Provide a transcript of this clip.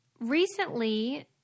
Recently